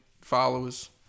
Followers